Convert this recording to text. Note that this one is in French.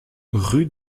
rue